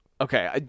Okay